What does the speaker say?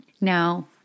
now